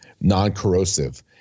non-corrosive